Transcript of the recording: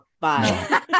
Bye